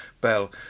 bell